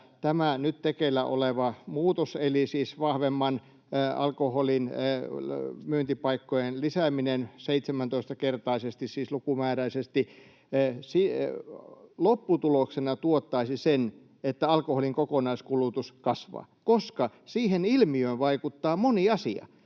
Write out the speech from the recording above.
tämä nyt tekeillä oleva muutos eli vahvemman alkoholin myyntipaikkojen lisääminen 17-kertaisesti, siis lukumääräisesti, lopputuloksena tuottaisi sen, että alkoholin kokonaiskulutus kasvaa, koska siihen ilmiöön vaikuttaa moni asia.